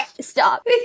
stop